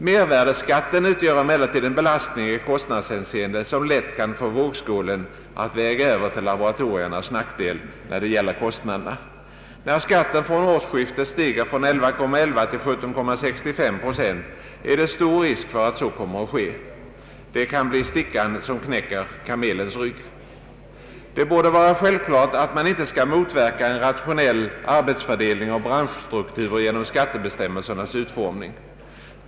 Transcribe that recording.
Mervärdeskatten utgör emellertid en belastning i kostnadshänseende som lätt kan få vågskålen att väga över till laboratoriernas nackdel, när det gäller kostnaderna. När skatten från årsskiftet stiger från 11,11 till 17,65 procent är det stor risk för att så kommer att ske. Det kan bli stickan som knäcker kamelens rygg. Det borde vara självklart att man inte skall motverka en rationell arbetsfördelning och branschstruktur genom skattebestämmelsernas utformning.